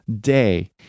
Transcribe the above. day